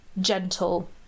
gentle